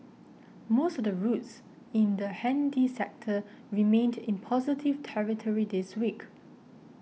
most of the routes in the handy sector remained in positive territory this week